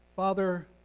Father